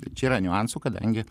čia yra niuansų kadangi